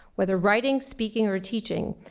whether writing, speaking, or teaching,